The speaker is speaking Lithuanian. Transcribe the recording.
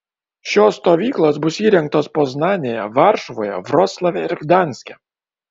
šios stovyklos bus įrengtos poznanėje varšuvoje vroclave ir gdanske